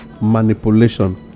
manipulation